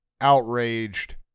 outraged